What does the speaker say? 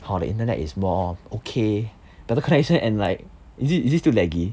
show the internet is more okay but the connection and like is it is it still laggy